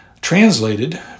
Translated